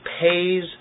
pays